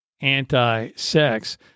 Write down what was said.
anti-sex